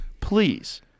please